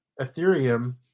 Ethereum